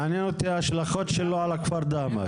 מעניין אותי ההשלכות שלו על הכפר דהמש.